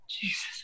Jesus